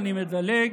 אני מדלג: